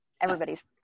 everybody's